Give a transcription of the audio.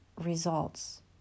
results